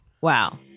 Wow